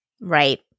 Right